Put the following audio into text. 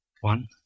One